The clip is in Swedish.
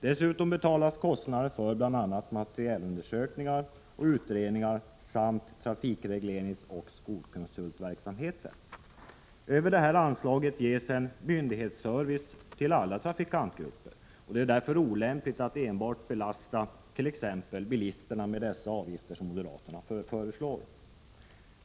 Dessutom betalas kostnader för bl.a. materialundersökningar och utredningar samt trafikregleringsoch skolkonsultverksamheten. Över det nämnda anslaget ges myndighetsservice till alla trafikantgrupper. Det är därför olämpligt att belasta enbart t.ex. bilisterna med dessa avgifter, som moderaterna föreslår.